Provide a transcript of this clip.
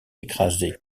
écrasés